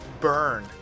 burn